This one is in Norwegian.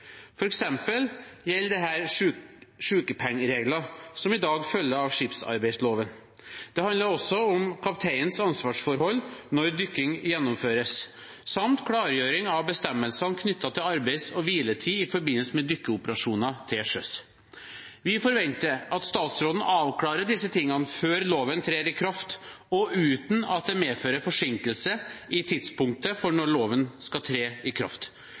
som i dag følger av skipsarbeidsloven. Det handler også om kapteinens ansvarsforhold når dykking gjennomføres, samt klargjøring av bestemmelsene knyttet til arbeids- og hviletid i forbindelse med dykkeoperasjoner til sjøs. Vi forventer at statsråden avklarer disse tingene før loven trer i kraft, og uten at det medfører forsinkelse i tidspunktet for når loven skal tre i kraft.